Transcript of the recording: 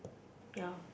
ya